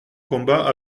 combat